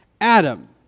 Adam